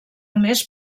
més